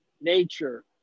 nature